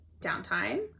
downtime